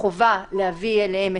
איתו,